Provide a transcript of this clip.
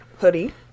hoodie